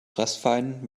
fressfeinden